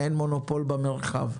פרצופים.